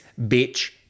bitch